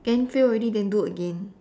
then fail already then do again